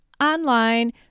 online